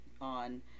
on